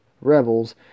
rebels